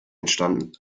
entstanden